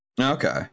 Okay